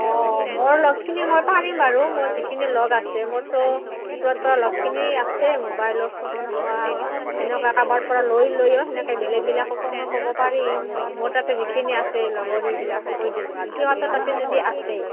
অঁ মোৰ লগখিনি মই পাৰিম বাৰু মোৰ যিখিনি লগ আছে মোৰতো পৰা লগখিনি আছে মোবাইলৰ ফোনৰ বা তেনেকুৱা কাৰোবাৰ পৰা লৈ লৈও তেনেকৈ বেলেগবিলাককো মই ক'ব পাৰিম মোৰ তাতে যিখিনি আছে লগৰীবিলাকক কৈ দিলোঁ আৰু সিহঁতৰ তাতে যদি আছে